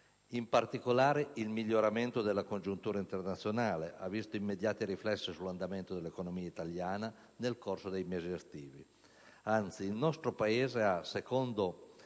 In particolare, il miglioramento della congiuntura internazionale ha visto un immediato riflesso sull'andamento dell'economia italiana nel corso dei mesi estivi; anzi, il nostro Paese, secondo